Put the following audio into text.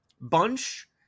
Bunch